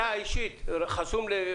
אתה אישית חסום לקווי חירום?